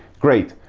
great,